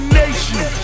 nation